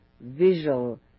visual